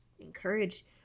encourage